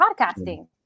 podcasting